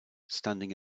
standing